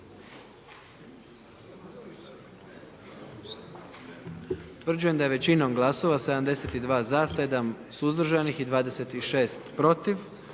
Utvrđujem da je većinom glasova 78 za i 1 suzdržan i 20 protiv